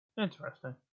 Interesting